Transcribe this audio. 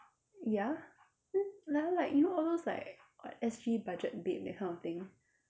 ya then like you know all those like S_G budget babe that kind of thing